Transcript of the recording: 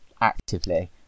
actively